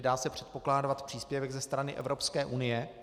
Dá se předpokládat příspěvek ze strany Evropské unie.